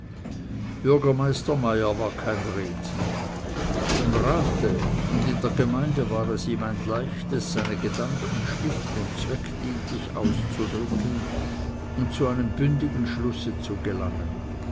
bürgermeister meyer war kein redner im rate und in der gemeinde war es ihm ein leichtes seine gedanken schlicht und zweckdienlich auszudrücken und zu einem bündigen schlusse zu gelangen